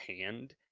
hand